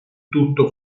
tutto